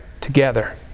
together